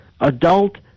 adult